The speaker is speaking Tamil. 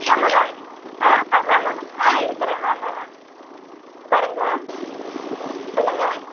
வாங்க வாங்க ஆ அக்கா வாங்க வாங்க ஆ இருக்கிறேன் வாங்க உட்காருங்க சொல்லுங்கள்